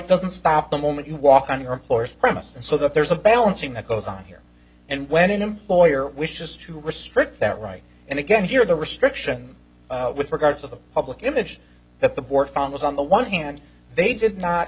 doesn't stop the moment you walk on your employer's premises and so that there's a balancing that goes on here and when an employer wishes to restrict that right and again here the restriction with regard to the public image that the board found was on the one hand they did not